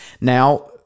Now